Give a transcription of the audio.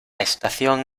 estación